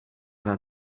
vingt